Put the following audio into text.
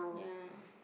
ya